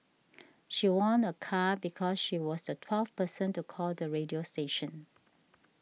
she won a car because she was a twelfth person to call the radio station